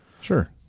Sure